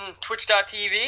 Twitch.tv